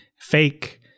fake